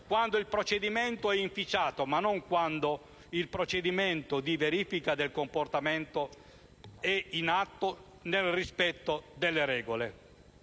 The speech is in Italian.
quando il procedimento è inficiato ma non quando il procedimento di verifica del comportamento avviene nel rispetto delle regole.